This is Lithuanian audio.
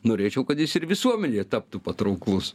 norėčiau kad jis ir visuomenėje taptų patrauklus